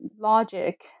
logic